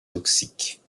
toxiques